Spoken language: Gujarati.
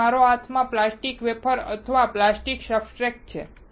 તેથી આ મારા હાથમાં પ્લાસ્ટિક વેફર અથવા પ્લાસ્ટિક સબસ્ટ્રેટ છે